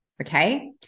okay